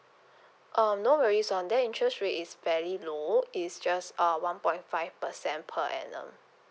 um no worries [one] their interest rate is very low it's just uh one point five percent percent per annum